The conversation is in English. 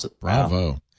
Bravo